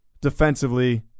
defensively